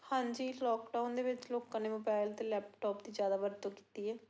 ਹਾਂਜੀ ਲੋਕਡਾਊਨ ਦੇ ਵਿੱਚ ਲੋਕਾਂ ਨੇ ਮੋਬਾਇਲ ਅਤੇ ਲੈਪਟਾਪ ਦੀ ਜ਼ਿਆਦਾ ਵਰਤੋਂ ਕੀਤੀ ਹੈ